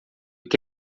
que